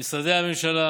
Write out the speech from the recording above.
במשרדי הממשלה